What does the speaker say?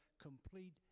complete